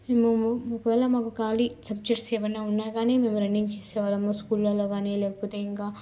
మేము ఒకవేళ మాకు ఖాళీ సబ్జక్ట్స్ ఏమన్నా ఉన్నాకానీ మేము రన్నింగ్ చేసేవాళ్ళము స్కూళ్ళలో కానీ లేకపోతే ఇంకా